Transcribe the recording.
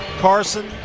Carson